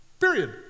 Period